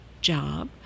job